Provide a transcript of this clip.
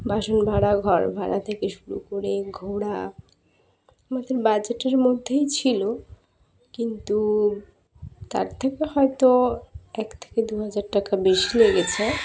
বাসন ভাড়া ঘর ভাড়া থেকে শুরু করে ঘোরা আমাদের বাজেটের মধ্যেই ছিলো কিন্তু তার থেকে হয়তো এক থেকে দু হাজার টাকা বেশি লেগেছে